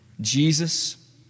Jesus